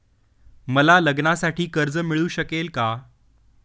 मला लग्नासाठी कर्ज मिळू शकेल का?